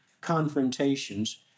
confrontations